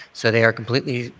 so they are completely